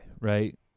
right